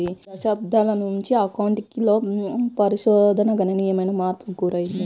కొన్ని దశాబ్దాల నుంచి అకౌంటింగ్ లో పరిశోధన గణనీయమైన మార్పులకు గురైంది